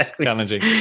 challenging